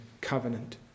covenant